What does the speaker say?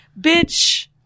bitch